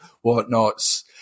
whatnots